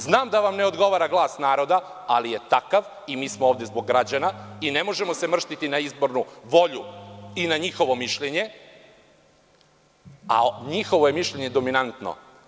Znam da vam ne odgovara glas naroda, ali je takav i mi smo ovde zbog građana i ne možemo se mrštiti na izbornu volju i na njihovo mišljenje, a njihovo mišljenje je dominantno.